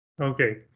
Okay